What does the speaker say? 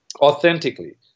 authentically